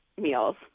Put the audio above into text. meals